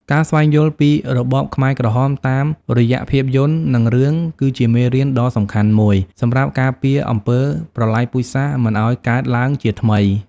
ការស្វែងយល់ពីរបបខ្មែរក្រហមតាមរយៈភាពយន្ត និងរឿង គឺជាមេរៀនដ៏សំខាន់មួយសម្រាប់ការពារអំពើប្រល័យពូជសាសន៍មិនឲ្យកើតឡើងជាថ្មី។